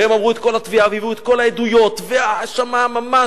והם אמרו את כל התביעה והביאו את כל העדויות וההאשמה ממש,